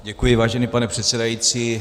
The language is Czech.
Děkuji, vážený pane předsedající.